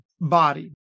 body